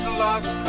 lost